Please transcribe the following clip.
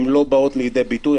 הן לא באות לידי ביטוי,